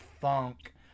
funk